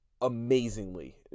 amazingly